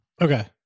Okay